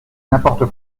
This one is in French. n’importe